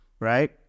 Right